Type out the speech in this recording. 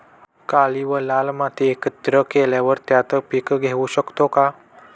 काळी व लाल माती एकत्र केल्यावर त्यात पीक घेऊ शकतो का?